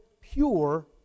pure